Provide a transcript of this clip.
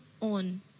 on